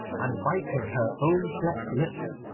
and biting her foam-flecked lips.